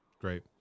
Great